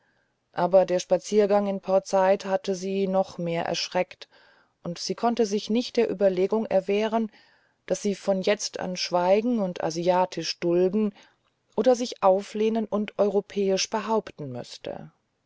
aber der spaziergang in port said hatte sie noch mehr erschreckt und sie konnte sich nicht der überlegung erwehren ob sie von jetzt an schweigen und asiatisch dulden oder sich auflehnen und europäisch behaupten müßte